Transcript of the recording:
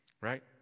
right